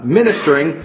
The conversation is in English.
ministering